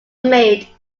made